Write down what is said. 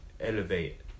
elevate